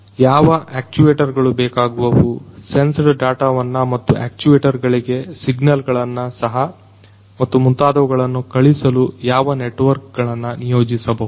ಯಾವ ಅಕ್ಚುಯೆಟರ್ ಗಳು ಬೇಕಾಗುವವು ಸೆನ್ಸ್ಡ್ ಡಾಟಾವನ್ನು ಮತ್ತು ಅಕ್ಚುಯೆಟರ್ ಗಳಿಗೆ ಸಿಗ್ನಲ್ ಗಳನ್ನು ಸಹ ಮತ್ತು ಮುಂತಾದವುಗಳನ್ನು ಕಳುಹಿಸಲು ಯಾವ ನೆಟ್ವರ್ಕ್ ಗಳನ್ನು ನಿಯೋಜಿಸಬಹುದು